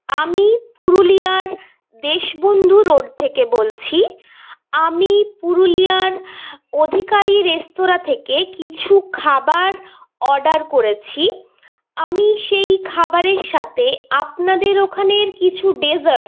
আমি পুরুলিয়ার দেশবন্ধু রোড থেকে বলছি আমি পুরুলিয়ার অধিকারী রেস্তোরাঁ থেকে কিছু খাবার অর্ডার করেছি আমি সেই খাবারের সাথে আপনাদের ওখানের কিছু ডেসার্ট